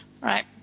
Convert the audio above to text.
Right